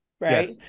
Right